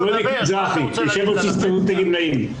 שמוליק מזרחי, יושב-ראש הסתדרות הגמלאים.